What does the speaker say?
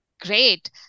Great